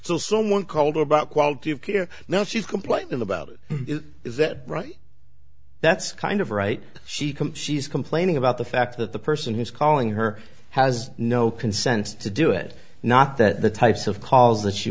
so someone called about quality of care now she's complaining about it is that right that's kind of right she complained she's complaining about the fact that the person who's calling her has no consent to do it not that the types of calls that she